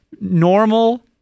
normal